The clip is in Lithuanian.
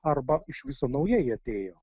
arba iš viso naujai atėjo